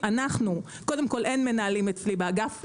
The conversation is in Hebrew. קודם כל אין מנהלים אצלי באגף.